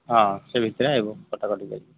ହଁ ସେ ଭିତରେ ଆଇବ ଏବଂ କଟାକଟି କରି